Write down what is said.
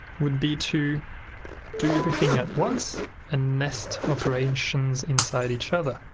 would be to do everything at once and nest operations inside each other.